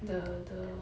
the the